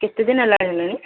କେତେଦିନି ହେଲା ହେଲାଣି